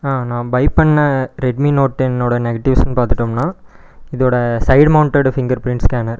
நா பை பண்ண Redmi note டென்னோட நெகட்டிவ்ஸ்ன்னு பார்த்துட்டோம்னா இதோட side mounted fingerprint scanner